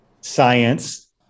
science